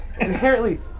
inherently